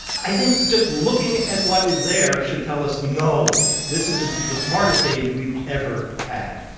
i think, just looking at what is there should tell us no. this is the smartest age we've ever had.